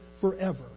forever